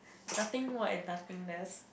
nothing more and nothing less